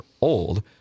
old